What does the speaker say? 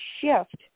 shift